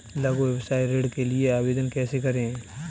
लघु व्यवसाय ऋण के लिए आवेदन कैसे करें?